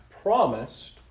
promised